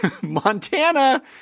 Montana